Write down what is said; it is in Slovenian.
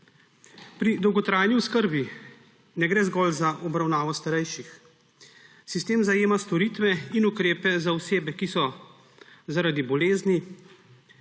Pri dolgotrajni oskrbi ne gre zgolj za obravnavo starejših. Sistem zajema storitve in ukrepe za osebe, ki so zaradi bolezni,